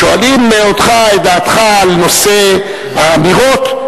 שואלים את דעתך על נושא האמירות,